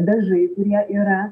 dažai kurie yra